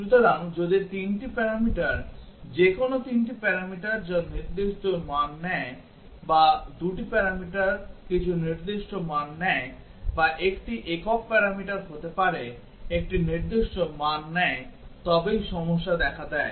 সুতরাং যদি 3 টি প্যারামিটার যেকোনো 3 টি প্যারামিটার যা নির্দিষ্ট মান নেয় বা 2 টি প্যারামিটার কিছু নির্দিষ্ট মান নেয় বা একটি একক প্যারামিটার হতে পারে একটি নির্দিষ্ট মান নেয় তবেই সমস্যা দেখা দেয়